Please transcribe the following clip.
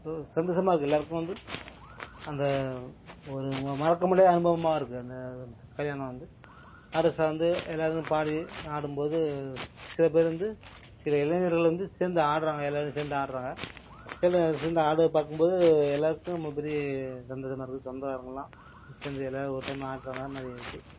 ஒரு சந்தோஷமாக இருக்குது எல்லோருக்கும் வந்து அந்த ஒரு ம மறக்க முடியாத அனுபவமாக இருக்குது அந்த கல்யாணம் வந்து ஆர்கெஸ்ட்டா வந்து எல்லோரும் பாடி ஆடும்போது சில பேர் வந்து சில இளைஞர்கள் வந்து சேர்ந்து ஆடறாங்க எல்லோரும் சேர்ந்து ஆடறாங்க சேர்ந்து ஆடறத பார்க்கும்போது எல்லோருக்கும் ரொம்ப பெரிய சந்தோஷமாக இருக்கும் சொந்தக்காரவர்கள்லாம் சேர்ந்து எல்லோரும் ஒரு டைம் ஆடுறாங்க மாதிரி இருக்குது